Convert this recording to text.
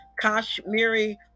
Kashmiri